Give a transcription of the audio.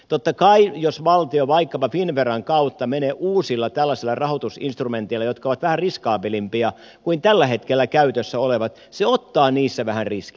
totta kai jos valtio vaikkapa finnveran kautta menee uusilla tällaisilla rahoitusinstrumenteilla jotka ovat vähän riskaabelimpia kuin tällä hetkellä käytössä olevat se ottaa niissä vähän riskiä